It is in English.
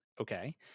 okay